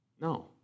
No